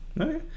Okay